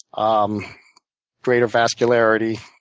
um greater vascularity,